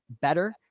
better